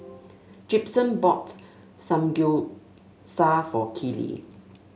Gibson bought Samgeyopsal for Keely